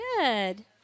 Good